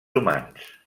humans